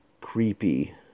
creepy